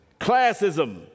classism